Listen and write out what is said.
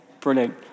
brilliant